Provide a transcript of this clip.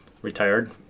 Retired